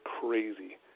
crazy